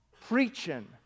preaching